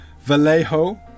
Vallejo